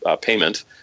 payment